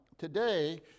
Today